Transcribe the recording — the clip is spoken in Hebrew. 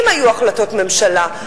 אם היו החלטות ממשלה,